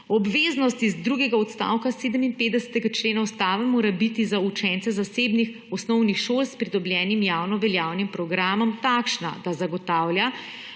Obveznost iz drugega odstavka 57. člena Ustave mora biti za učence zasebnih osnovnih šol s pridobljenim javnoveljavnim programom takšna, da zagotavlja